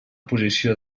posició